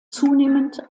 zunehmend